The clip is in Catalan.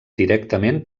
directament